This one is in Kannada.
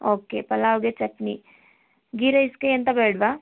ಓಕೆ ಪಲಾವ್ಗೆ ಚಟ್ನಿ ಗೀ ರೈಸ್ಗೆ ಎಂತ ಬೇಡವಾ